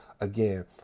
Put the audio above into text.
again